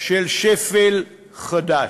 של שפל חדש.